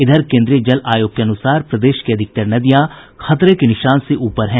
इधर केन्द्रीय जल आयोग के अनुसार प्रदेश की अधिकतर नदियां खतरे के निशान से ऊपर है